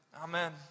Amen